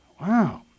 Wow